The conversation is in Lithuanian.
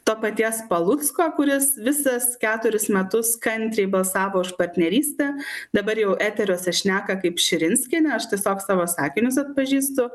to paties palucko kuris visas keturis metus kantriai balsavo už partnerystę dabar jau eteriuose šneka kaip širinskienė aš tiesiog savo sakinius atpažįstu